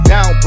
Now